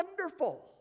wonderful